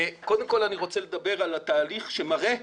קודם כל אני רוצה לדבר על התהליך שמראה